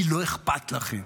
כי לא אכפת לכם.